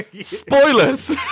spoilers